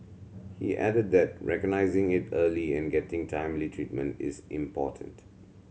he added that recognising it early and getting timely treatment is important